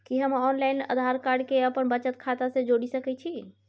कि हम online Aadhaar card के अपन बचत खाता से जोरि सकै छी?